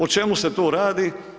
O čemu se tu radi?